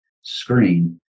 screen